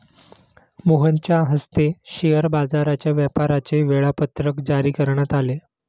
मोहनच्या हस्ते शेअर बाजाराच्या व्यापाराचे वेळापत्रक जारी करण्यात आले